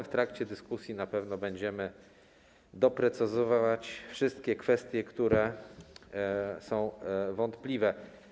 W trakcie dyskusji na pewno będziemy doprecyzowywać wszystkie kwestie, które są wątpliwe.